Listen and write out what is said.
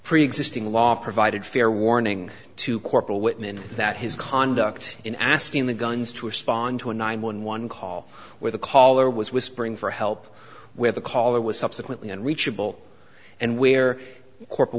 preexisting law provided fair warning to corporal whitman that his conduct in asking the guns to respond to a nine one one call where the caller was whispering for help where the caller was subsequently and reachable and where corpora